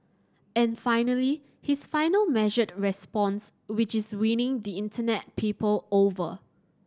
and finally his final measured response which is winning the Internet people over